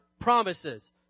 promises